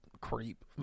creep